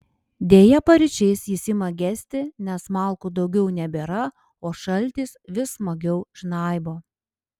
deja paryčiais jis ima gesti nes malkų daugiau nebėra o šaltis vis smagiau žnaibo